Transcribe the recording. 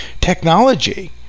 technology